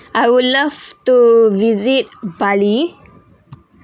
I would love to visit bali